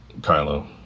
Kylo